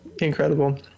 Incredible